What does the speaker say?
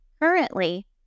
Currently